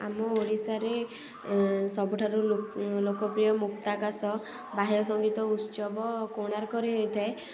ଆମ ଓଡ଼ିଶାରେ ସବୁଠାରୁ ଲୋକପ୍ରିୟ ମୁକ୍ତାକାଶ ବାହ୍ୟ ସଂଗୀତ ଉତ୍ସବ କୋଣାର୍କରେ ହେଇଥାଏ